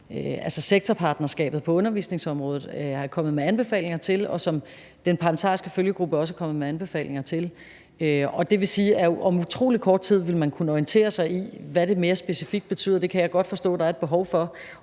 som sektorpartnerskabet på undervisningsområdet er kommet med anbefalinger til, og som den parlamentariske følgegruppe også er kommet med anbefalinger til. Det vil sige, at om utrolig kort tid vil man kunne orientere sig i, hvad det mere specifikt betyder. Det kan jeg godt forstå at der er et behov for.